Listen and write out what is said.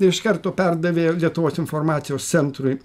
ir iš karto perdavė lietuvos informacijos centrui